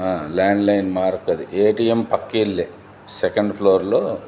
landline mark అది A T M పక్క ఇల్లే సెకండ్ ఫ్లోర్లో